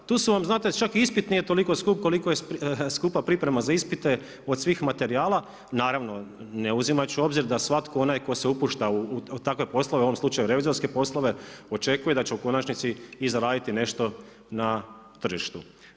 Tu su vam znate čak i ispit nije toliko skup koliko je skupa priprema za ispite od svih materijala naravno ne uzimajući u obzir da svatko onaj tko se upušta u takve poslove u ovom slučaju revizorske poslove očekuje da će u konačnici i zaraditi nešto na tržištu.